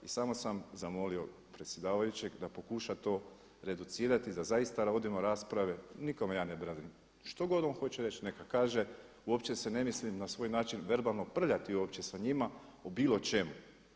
Samo sam zamolio predsjedavajućeg da pokuša to reducirati da zaista vodimo rasprave, nikome ja ne branim, što god on hoće reći neka kaže uopće se ne mislim na svoj način verbalno prljati uopće sa njima u bilo čemu.